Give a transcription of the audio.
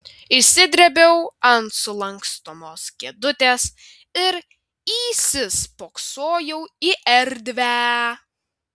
išsidrėbiau ant sulankstomos kėdutės ir įsispoksojau į erdvę